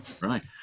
Right